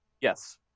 Yes